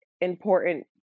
important